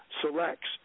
selects